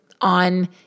on